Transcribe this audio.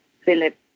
Philip